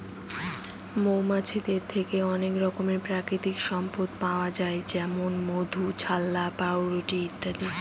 মৌমাছিদের থেকে অনেক রকমের প্রাকৃতিক সম্পদ পাওয়া যায় যেমন মধু, ছাল্লা, পাউরুটি ইত্যাদি